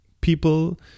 people